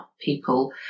people